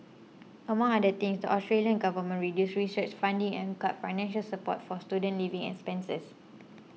among other things the Australian government reduced research funding and cut financial support for student living expenses